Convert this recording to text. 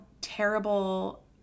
terrible